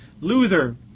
Luther